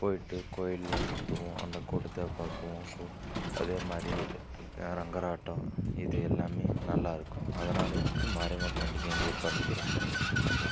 போய்விட்டு கோவில்லாம் சுற்றுவோம் அந்த கூட்டத்தை பாக்குவோம் அதேமாதிரி ரங்கராட்டிணம் இது எல்லாம் நல்லாயிருக்கும் அதனால் எனக்கு மாரியம்மன் பண்டிகை எங்கூர் பண்டிகை எனக்கு ரொம்ப ரொம்ப பிடிக்கும்